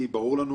אני לא